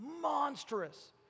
monstrous